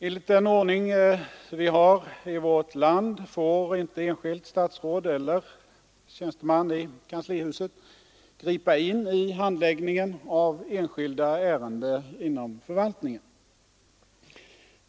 Enligt den ordning vi har i vårt land får inte ett statsråd eller en tjänsteman i kanslihuset gripa in i handläggningen av enskilda ärenden inom förvaltningen.